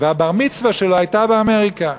והבר-מצווה שלו הייתה באמריקה.